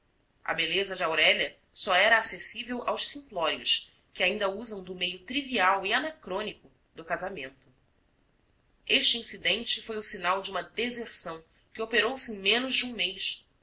a beleza de aurélia só era acessível aos simplórios que ainda usam do meio trivial e anacrônico do casamento este incidente foi o sinal de uma deserção que operou se em menos de um mês